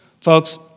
Folks